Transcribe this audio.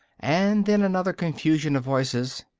and then another confusion of voices,